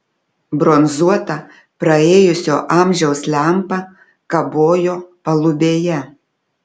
bronzuota praėjusio amžiaus lempa kabojo palubėje